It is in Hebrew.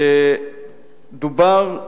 דובר,